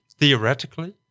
theoretically